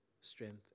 strength